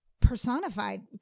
personified